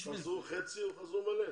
חזרו בשאלה חצי או חזרו מלא?